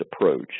approach